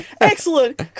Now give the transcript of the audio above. Excellent